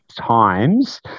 times